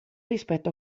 rispetto